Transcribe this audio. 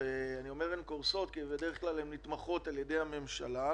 כי בדרך כלל הן נתמכות על-ידי הממשלה,